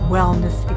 Wellness